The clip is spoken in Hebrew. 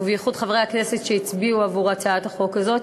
ובייחוד חברי הכנסת שהצביעו עבור הצעת החוק הזאת,